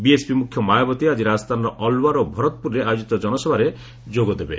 BSP ମ୍ରଖ୍ୟ ମାୟାବତୀ ଆଜି ରାଜସ୍ଥାନର ଅଲ୍ୱାର ଏବଂ ଭରତପ୍ରରେ ଆୟୋଜିତ ଜନସଭାରେ ଯୋଗ ଦେବେ